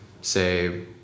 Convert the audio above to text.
say